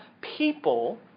people